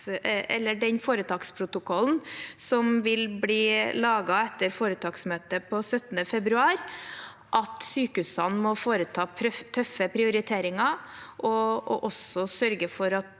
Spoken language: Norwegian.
eller den foretaksprotokollen som vil bli laget etter foretaksmøtet den 17. februar, at sykehusene må foreta tøffe prioriteringer og sørge for å